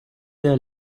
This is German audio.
der